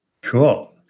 Cool